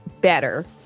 better